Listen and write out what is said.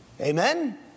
Amen